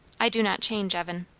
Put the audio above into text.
i do not change, evan.